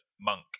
monk